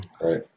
right